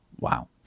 Wow